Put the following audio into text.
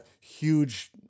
huge